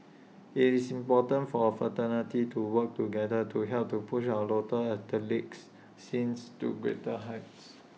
IT is important for A fraternity to work together to help to push our local athletics scene to greater heights